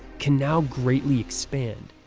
can now greatly expand.